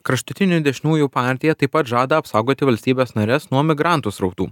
kraštutinių dešiniųjų partija taip pat žada apsaugoti valstybes nares nuo migrantų srautų